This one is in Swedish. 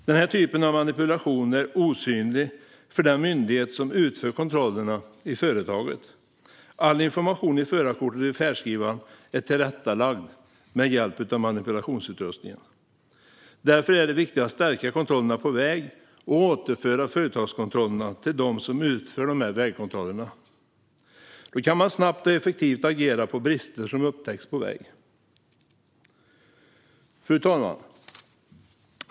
Denna typ av manipulation är osynlig för den myndighet som utför kontrollerna i företaget. All information i förarkortet och färdskrivaren är tillrättalagd med hjälp av manipulationsutrustningen. Därför är det viktigt att stärka kontrollerna på väg och återföra företagskontrollerna till dem som utför dessa vägkontroller. Då kan man snabbt och effektivt agera när brister upptäcks på vägarna. Fru talman!